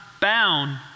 bound